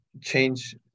change